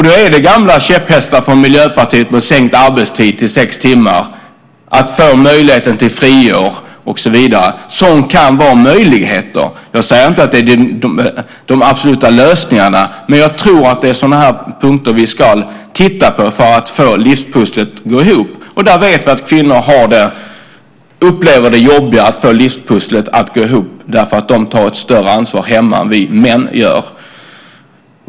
Då är det gamla käpphästar från Miljöpartiet om sänkt arbetstid till sex timmar, friår och så vidare som kan vara möjligheter. Jag säger inte att det är de absoluta lösningarna, men jag tror att det är sådana här punkter vi ska titta på för att man ska få livspusslet att gå ihop. Där vet vi att kvinnor upplever det jobbigare att få livspusslet att gå ihop, därför att de tar ett större ansvar hemma än vi män gör.